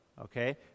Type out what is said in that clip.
okay